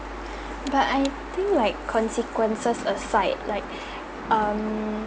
but I think like consequences aside like um